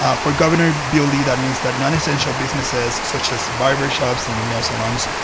ah for gov. and um bill lee, that means that nonessential businesses, such as barbershops and nail salons,